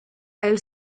elle